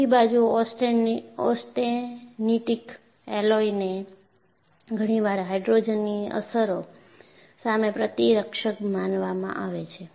બીજી બાજુ ઑસ્ટેનિટિક એલોયને ઘણીવાર હાઇડ્રોજનની અસરો સામે પ્રતિરક્ષક માનવામાં આવે છે